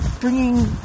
bringing